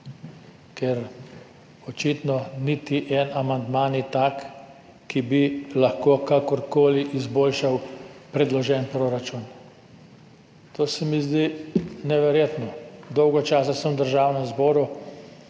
Ker očitno niti en amandma ni tak, da bi lahko kakorkoli izboljšal predložni proračun. To se mi zdi neverjetno. Dolgo časa sem v Državnem zboru,